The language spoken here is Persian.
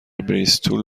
بریستول